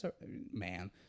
Man